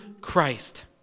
Christ